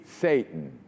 Satan